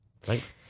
Thanks